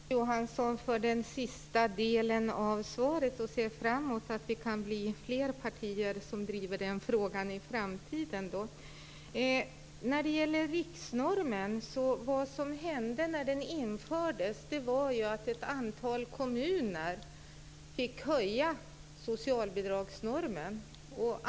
Fru talman! Jag tackar Kenneth Johansson för den sista delen av svaret och ser fram emot att vi kan bli fler partier som driver den frågan i framtiden. Sedan gällde det riksnormen. Vad som hände när den infördes var att ett antal kommuner fick höja socialbidragsnormen.